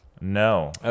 No